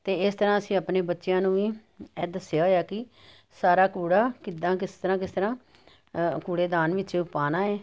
ਅਤੇ ਇਸ ਤਰ੍ਹਾਂ ਅਸੀਂ ਆਪਣੇ ਬੱਚਿਆਂ ਨੂੰ ਵੀ ਇਹ ਦੱਸਿਆ ਹੋਇਆ ਕਿ ਸਾਰਾ ਕੂੜਾ ਕਿੱਦਾਂ ਕਿਸ ਤਰ੍ਹਾਂ ਕਿਸ ਤਰ੍ਹਾਂ ਕੂੜੇਦਾਨ ਵਿੱਚ ਪਾਉਣਾ ਹੈ